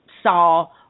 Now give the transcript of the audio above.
Saw